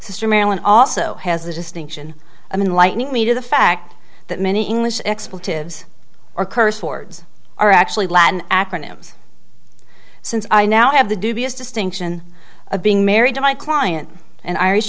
sister marilyn also has the distinction i mean lightning meter the fact that many english expletives or curse words are actually acronyms since i now have the dubious distinction of being married to my client an irish